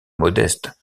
modeste